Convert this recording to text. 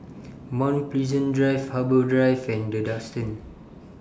Mount Pleasant Drive Harbour Drive and The Duxton